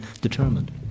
determined